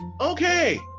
Okay